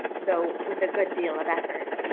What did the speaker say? though with a good deal of effort,